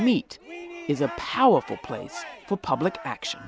meet is a powerful place for public action